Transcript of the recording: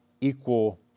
equal